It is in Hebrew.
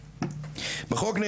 בחוק: